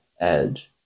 edge